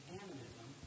animism